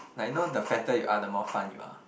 like you know the fatter you are the more fun you are